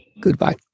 Goodbye